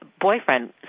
boyfriend